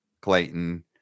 Clayton